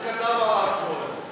הוא כתב על עצמו את זה.